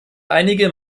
einige